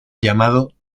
llamado